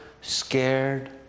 scared